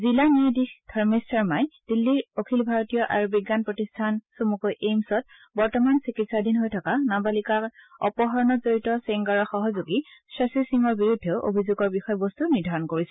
জিলা ন্যায়াধীশ ধৰ্মেশ শৰ্মাই দিল্লীৰ অখিল ভাৰতীয় আয়ুৰবিজ্ঞান প্ৰতিস্থানত বৰ্তমান চিকিৎসাধীন হৈ থকা নাবালিকাৰ অপহৰণত জড়িত চেংগাৰৰ সহযোগী শশী সিঙৰ বিৰুদ্ধেও অভিযোগৰ বিষয়বস্তু নিৰ্ধাৰণ কৰিছে